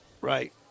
Right